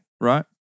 Right